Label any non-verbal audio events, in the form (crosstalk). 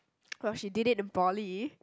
(noise) well she did it in poly